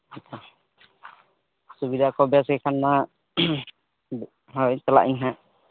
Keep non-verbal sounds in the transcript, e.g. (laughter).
(unintelligible) ᱥᱩᱵᱤᱫᱟ ᱠᱚᱫᱚ (unintelligible) ᱦᱳᱭ ᱪᱟᱞᱟᱜ ᱤᱧ ᱦᱟᱸᱜ